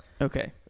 okay